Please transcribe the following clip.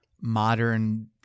modern